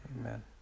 Amen